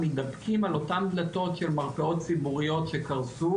מתדפקים על אותם דלתות של מרפאות ציבוריות שקרסו,